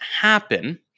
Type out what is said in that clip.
happen